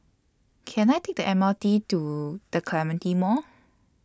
Can I Take The M R T to The Clementi Mall